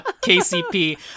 KCP